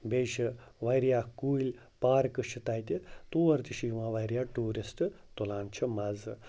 بیٚیہِ چھِ واریاہ کُلۍ پارکہٕ چھِ تَتہِ تور تہِ چھِ یِوان واریاہ ٹوٗرِسٹ تُلان چھِ مَزٕ